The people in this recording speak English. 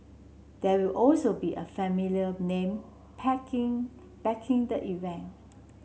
there will also be a familiar name packing backing the event